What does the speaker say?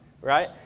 right